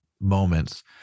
moments